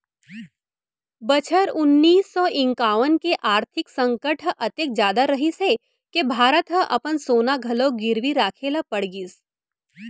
बछर उन्नीस सौ इंकावन के आरथिक संकट ह अतेक जादा रहिस हे के भारत ह अपन सोना घलोक गिरवी राखे ल पड़ गिस